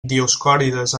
dioscòrides